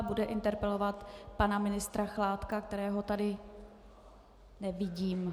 Bude interpelovat pana ministra Chládka, kterého tady nevidím.